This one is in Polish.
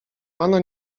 pana